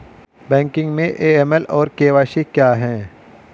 Banking में AML और KYC क्या हैं?